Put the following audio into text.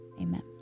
Amen